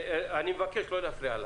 אני מבקש, לא להפריע לה.